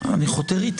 הנה, אני חותר.